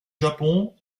japon